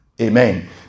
Amen